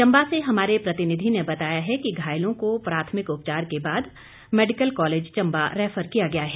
चंबा से हमारे प्रतिनिधि ने बताया है कि घायलों को प्राथमिक उपचार के बाद मेडिकल कॉलेज चंबा रैफर किया गया है